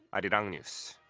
arirang news